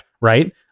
Right